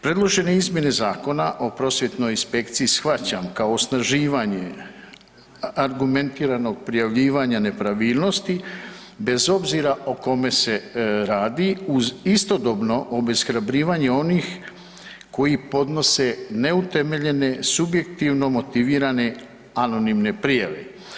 Predložene izmjene zakona o prosvjetnoj inspekciji shvaćam kao osnaživanje argumentiranog prijavljivanja nepravilnosti bez obzira o kome se radi uz istodobno obeshrabljivanje onih koji podnose neutemeljene, subjektivno motivirane anonimne prijave.